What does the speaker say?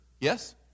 Yes